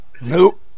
Nope